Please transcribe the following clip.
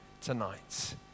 tonight